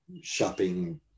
shopping